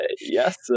yes